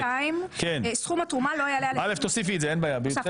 התשנ"ד 1994. זה ממי לא ניתן לקבל.